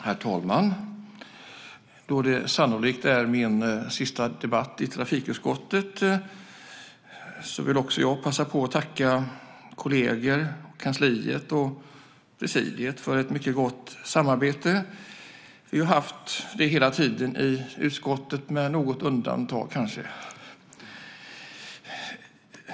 Herr talman! Då det sannolikt är min sista debatt i trafikutskottet vill också jag passa på att tacka kolleger, kansliet och presidiet för ett mycket gott samarbete. Vi har haft det hela tiden i utskottet - med något undantag, kanske.